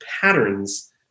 patterns